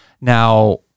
Now